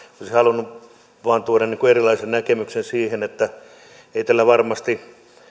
olisin halunnut vain tuoda erilaisen näkemyksen siihen että ei varmasti